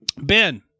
ben